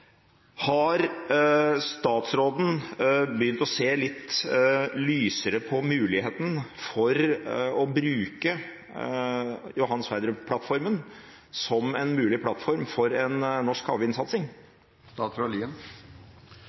Har statsråden begynt å se litt lysere på muligheten for å bruke Johan Sverdrup-plattformen som en mulig plattform for en norsk havvindsatsing?